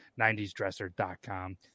90sdresser.com